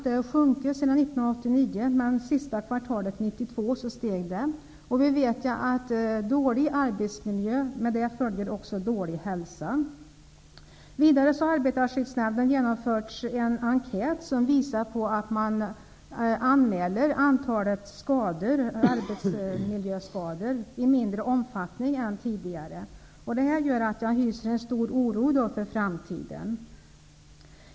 Det har sjunkit sedan 1989, men under sista kvartalet 1992 steg det. Vi vet att med dålig arbetsmiljö följer dålig hälsa. Vidare har Arbetarskyddsnämnden genomfört en enkät som visar att arbetsmiljöskador nu anmäls i mindre omfattning än tidigare. Detta gör att jag hyser en stor oro för framtiden.